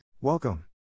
Welcome